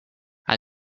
and